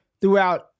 throughout